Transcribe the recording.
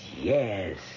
yes